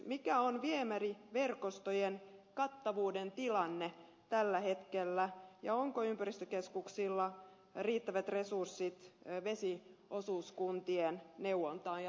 mikä on viemäriverkostojen kattavuuden tilanne tällä hetkellä ja onko ympäristökeskuksilla riittävät resurssit vesiosuuskuntien neuvontaan ja tukemiseen